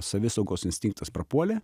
savisaugos instinktas prapuolė